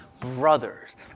brothers